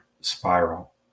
spiral